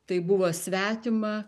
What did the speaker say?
tai buvo svetima